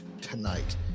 tonight